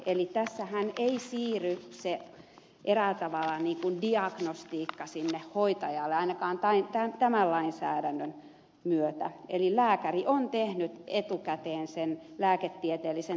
eli tässähän ei siirry eräällä tavalla se niin kuin diagnostiikka sinne hoitajalle ainakaan tämän lainsäädännön myötä eli lääkäri on tehnyt etukäteen sen lääketieteellisen taudinmäärityksen